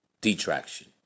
detraction